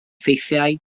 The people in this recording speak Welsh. ffeithiau